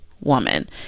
woman